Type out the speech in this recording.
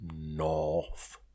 north